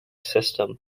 system